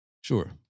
Sure